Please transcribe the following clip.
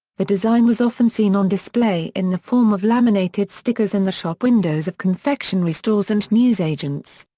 the design was often seen on display in the form of laminated stickers in the shop windows of confectionery stores and news-agents.